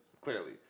Clearly